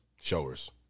Showers